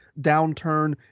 downturn